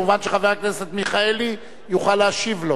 מובן שחבר הכנסת מיכאלי יוכל להשיב לו.